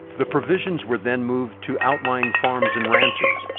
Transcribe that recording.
the provisions were then moved to outlying farms and ranches,